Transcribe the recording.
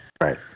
Right